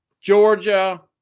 Georgia